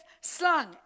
slung